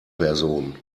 person